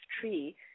tree